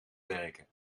werken